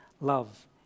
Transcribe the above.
love